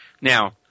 Now